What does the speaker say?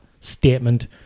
statement